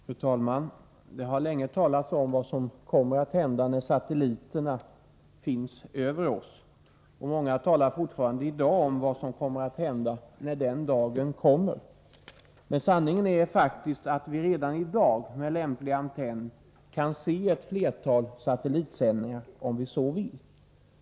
Fru talman! Det har länge talats om vad som kommer att hända när satelliterna finns över oss. Många talar ännu i dag om vad som kommer att hända när den dagen kommer. Men sanningen är faktiskt att vi redan nu med lämplig antenn kan se ett flertal satellitsändningar, om vi så vill.